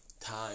time